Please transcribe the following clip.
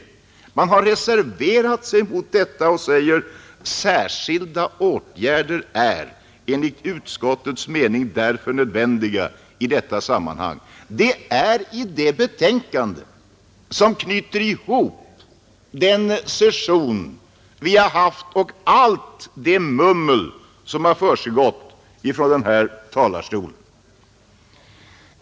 Man har reserverat sig emot detta och säger: ”Särskilda åtgärder är enligt utskottets mening därför nödvändiga i detta sammanhang.” Det gör man i det betänkande som knyter ihop den riksdagssession vi har haft och allt det mummel som då har hörts från denna talarstol.